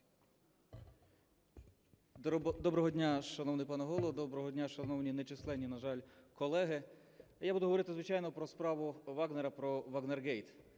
Доброго дня, шановний пане Голово! Доброго дня, шановні нечисленні, на жаль, колеги! Я буду говорити, звичайно, про справу Вагнера, про "Вагнергейт".